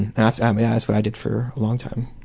and that's um yeah what i did for a long time.